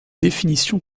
définition